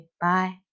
bye